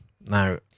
Now